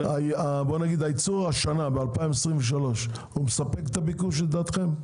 הייצור השנה, ב-2023, מספק את הביקוש לדעתכם?